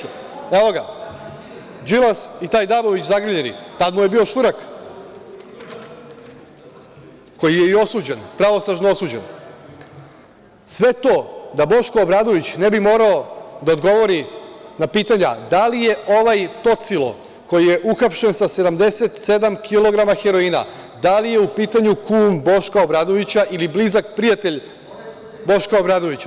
Evo ga Đilas i taj Dabović, zagrljeni, tada mu je bio šurak koji je osuđen, pravosnažno osuđen, sve to da Boško Obradović ne bi morao da odgovori na pitanja da li je ovaj Tocilo koji je uhapšen sa 77 kilograma heroina, da li je u pitanju kum Boška Obradovića ili blizak prijatelj Boška Obradovića?